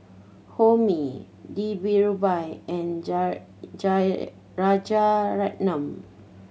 Homi Dhirubhai and Rajaratnam